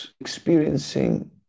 experiencing